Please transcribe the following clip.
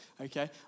okay